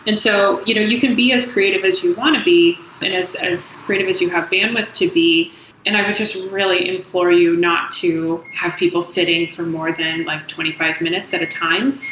and so you know you can be as creative as you want to be and as as creative as you have bandwidth to be, and i would just really implore you not to have people sitting for more than like twenty five minutes at a time.